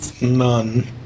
None